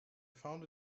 found